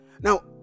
Now